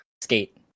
Skate